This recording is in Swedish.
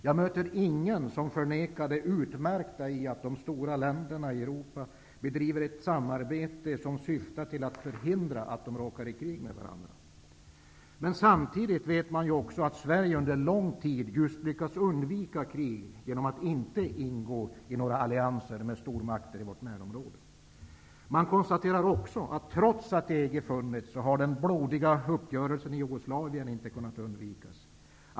Jag möter ingen som förnekar det utmärkta i att de stora länderna i Europa bedriver ett samarbete som syfter till att förhindra att de råkar i krig med varandra. Men samtidigt vet man också att Sverige under lång tid just lyckats undvika krig genom att inte ingå i några allianser med stormakter i vårt närområde. Man konstaterar också att den blodiga uppgörelsen i Jugoslavien inte har kunnat undvikas, trots att EG har funnits.